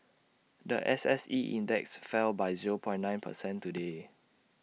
The S S E index fell by zero point nine per cent today